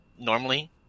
normally